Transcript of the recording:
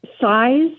size